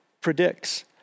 predicts